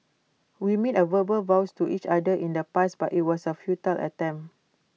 we made A verbal vows to each other in the past but IT was A futile attempt